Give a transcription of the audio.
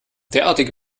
derartige